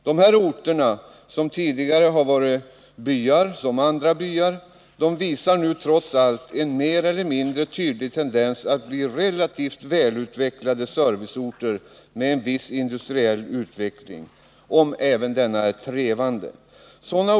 Dessa orter, som tidigare varit helt vanliga byar, visar nu en mer eller mindre tydlig tendens att bli relativt välutvecklade serviceorter med en viss industriell utveckling, även om denna är trevande.